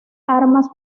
armas